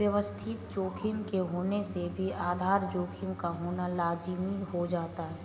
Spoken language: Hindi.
व्यवस्थित जोखिम के होने से भी आधार जोखिम का होना लाज़मी हो जाता है